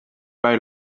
bij